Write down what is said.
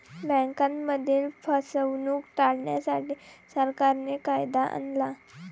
बँकांमधील फसवणूक टाळण्यासाठी, सरकारने कायदा आणला